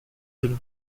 ils